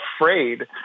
afraid